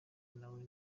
nawe